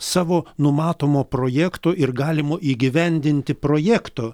savo numatomo projekto ir galimo įgyvendinti projekto